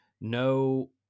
No